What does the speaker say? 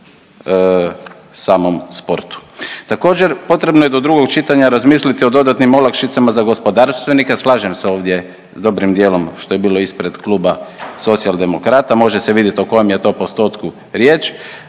samom sportu. Također potrebno je do drugog čitanja razmisliti o dodatnim olakšicama za gospodarstvenike, slažem se ovdje s dobrim dijelom što je ispred kluba Socijaldemokrata, može se vidjeti o kojem je to postotku riječ,